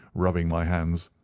rubbing my hands.